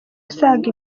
asaga